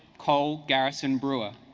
whole garrison brewer